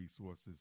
resources